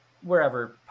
wherever